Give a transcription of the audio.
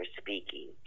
speaking